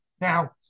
Now